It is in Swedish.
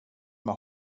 med